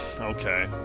okay